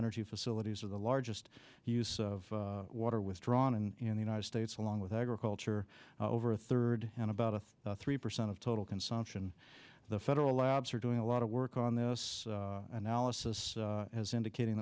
energy facilities are the largest use of water withdrawn in the united states along with agriculture over a third and about a three percent of total consumption the federal labs are doing a lot of work on this analysis as indicating